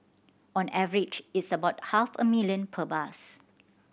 on average it's about half a million per bus